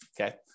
okay